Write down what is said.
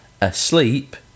asleep